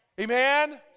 Amen